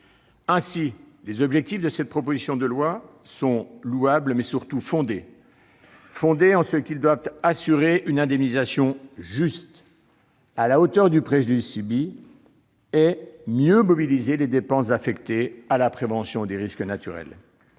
Ainsi, les objectifs des auteurs de cette proposition de loi sont louables et, surtout, fondés, en ce sens qu'ils visent à assurer une indemnisation juste, à la hauteur du préjudice subi, et à mieux mobiliser les dépenses affectées à la prévention des risques naturels.